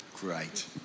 Great